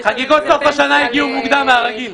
חגיגות סוף השנה הגיעו מוקדם מהרגיל.